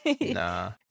nah